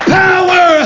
power